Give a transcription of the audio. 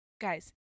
guys